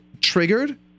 triggered